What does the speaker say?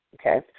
okay